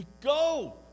Go